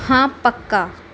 ਹਾਂ ਪੱਕਾ